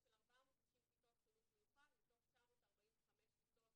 של 490 כיתות חינוך מיוחד מתוך 945 כיתות